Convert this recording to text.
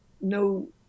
no